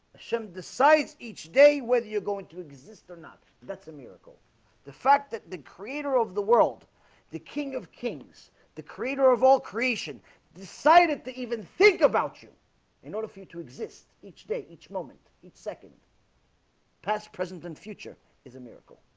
sim decides each day whether you're going to exist or not that's a miracle the fact that the creator of the world the king of kings the creator of all creation decided to even think about you in order for you to exist each day each moment each second past present and future is a miracle